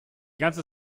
ganze